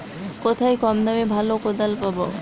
কোথায় কম দামে ভালো কোদাল পাব?